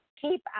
keep